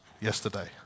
yesterday